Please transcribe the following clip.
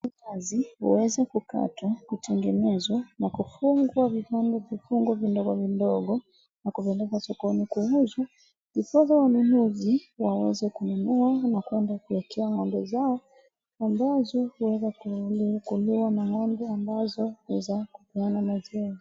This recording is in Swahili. Kazi huweza kukatwa, kutengenezwa na kufungwa vipande vifungu vidogo vidogo na kupelekwa sokoni kuuzwa ndiposa wanunuzi waweze kununua na kwenda kuwekea ng'ombe zao ambazo huweza kuliwa na ng'ombe ambazo ni za kupeana maziwa.